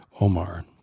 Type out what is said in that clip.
Omar